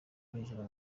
kwinjira